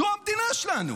זו המדינה שלנו.